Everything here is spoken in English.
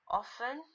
often